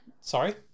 Sorry